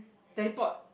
teleport